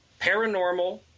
Paranormal